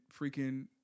freaking